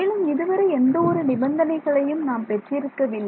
மேலும் இதுவரை எந்த ஒரு நிபந்தனைகளையும் நாம் பெற்றிருக்கவில்லை